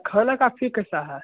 खाना काफी कैसा है